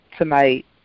tonight